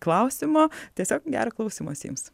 klausimo tiesiog gero klausymosi jums